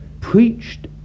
preached